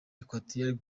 equatorial